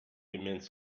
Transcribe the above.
immense